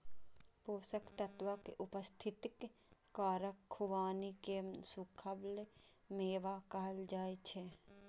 पोषक तत्वक उपस्थितिक कारण खुबानी कें सूखल मेवा कहल जाइ छै